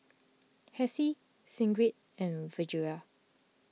Hessie Sigrid and Virgia